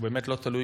הוא באמת לא תלוי,